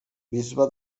bisbe